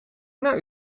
naar